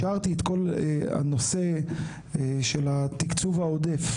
השארתי את כל הנושא של התקצוב העודף,